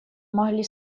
могли